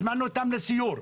הזמנו אותם לסיור.